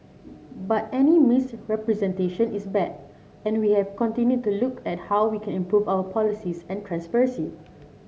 but any misrepresentation is bad and we have continued to look at how we can improve our policies and transparency